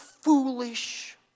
foolish